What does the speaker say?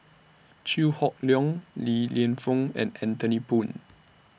Chew Hock Leong Li Lienfung and Anthony Poon